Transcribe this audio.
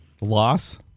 loss